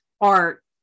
art